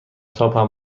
تاپم